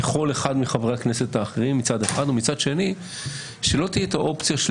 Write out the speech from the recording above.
ככל אחד מחברי הכנסת האחרים ומצד שני שלא תהיה את האופציה של